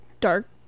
dark